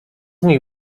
nich